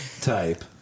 type